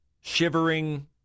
shivering